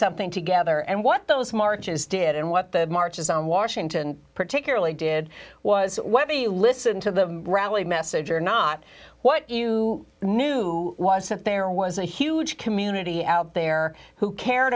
something together and what those marches did and what the marches on washington particularly did was whether you listen to the rally message or not what you knew was that there was a huge community out there who i cared